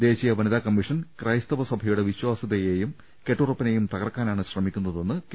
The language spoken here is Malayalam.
ദേശീയ വനിതാ കമ്മിഷൻ ക്രൈസ്തവസഭയുടെ വിശ്ചാസൃതയെയും കെട്ടുരപ്പിനെയും തകർക്കാനാണ് ശ്രമിക്കുന്നതെന്ന് കെ